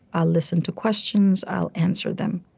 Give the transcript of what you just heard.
i'll listen to questions. i'll answer them.